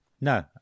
No